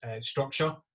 structure